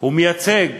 הוא מייצג,